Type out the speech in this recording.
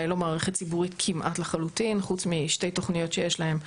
היא לא מערכת ציבורית כמעט לחלוטין חוץ משתי תוכניות שיש להם,